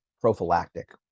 prophylactic